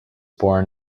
born